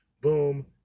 boom